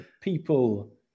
people